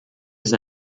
ist